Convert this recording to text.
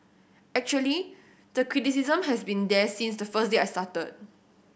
actually the criticism has been there since the first day I started